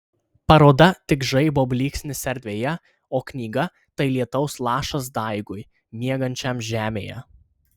paroda tik žaibo blyksnis erdvėje o knyga tai lietaus lašas daigui miegančiam žemėje